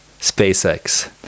SpaceX